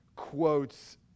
quotes